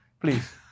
Please